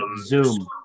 Zoom